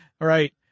right